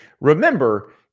remember